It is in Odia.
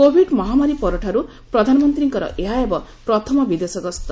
କୋଭିଡ ମହାମାରୀ ପରଠାରୁ ପ୍ରଧାନମନ୍ତ୍ରୀଙ୍କର ଏହା ହେବ ପ୍ରଥମ ବିଦେଶ ଗସ୍ତ